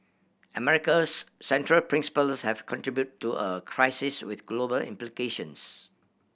America's central principles have contributed to a crisis with global implications